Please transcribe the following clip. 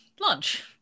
lunch